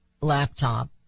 laptop